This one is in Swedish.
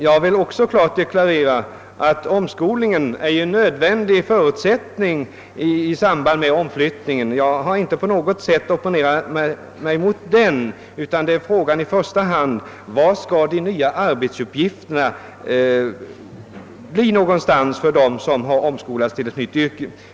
Jag vill också klart deklarera att omskolning är en av de nödvändiga förutsättningarna för omflyttning. Jag har inte på något sätt opponerat mig mot den, utan frågan är i första hand var de som omskolats till ett nytt yrke skall få sina nya arbetsuppgifter.